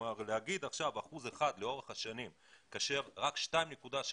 כלומר להגיד עכשיו 1% לאורך השנים כאשר רק 2.6%,